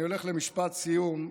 אני הולך למשפט סיום,